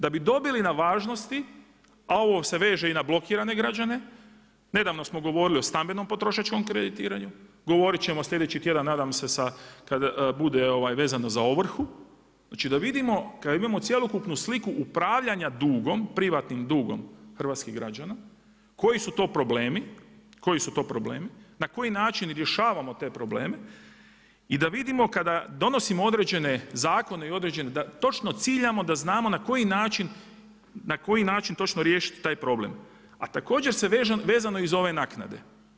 Da bi dobili na važnosti, a ovo se veže i na blokirane građane, nedavno smo govorili o stambenom potrošačkom kreditiranju, govorit ćemo sljedeći tjedan nadam se kada bude vezano za ovrhu, znači da vidimo kada imamo cjelokupnu sliku upravljanja dugom, privatnim dugom hrvatskih građana koji su to problemi, na koji način rješavamo te probleme i da vidimo kada donosimo određene zakone i da točno ciljamo da znamo na koji način točno riješiti taj problem, a također je vezano i za ove naknade.